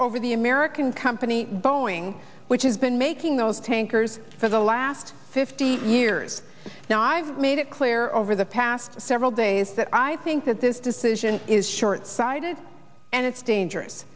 over the american company boeing which has been making those tankers for the last fifty years now i've made it clear over the past several days that i think that this decision is shortsighted and it's dangerous